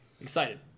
excited